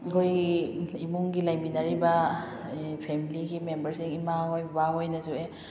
ꯑꯩꯈꯣꯏꯒꯤ ꯏꯃꯨꯡꯒꯤ ꯂꯩꯃꯤꯟꯅꯔꯤꯕ ꯐꯦꯃꯤꯂꯤꯒꯤ ꯃꯦꯝꯕꯔꯁꯤꯡ ꯏꯃꯥ ꯍꯣꯏ ꯕꯕꯥ ꯍꯣꯏꯅꯁꯨ ꯑꯦ